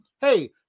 hey